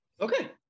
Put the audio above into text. Okay